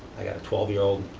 i've got a twelve year old,